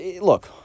look